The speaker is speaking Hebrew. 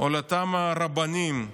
על אותם הרבנים,